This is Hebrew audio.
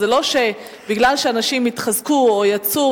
זה לא שבגלל שהנשים או התחזקו או יצאו